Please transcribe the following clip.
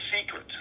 secret